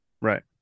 right